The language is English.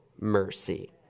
mercy